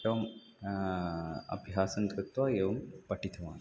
एवं अभ्यासं कृत्वा एवं पठितवान्